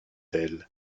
elle